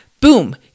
Boom